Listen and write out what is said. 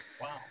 wow